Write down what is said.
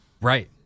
right